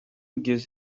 gives